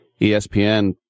ESPN